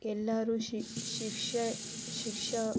ಎಲ್ಲರೂ ಶಿಕ್ಷೆ ಶಿಕ್ಷ